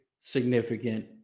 significant